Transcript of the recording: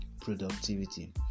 productivity